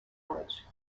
village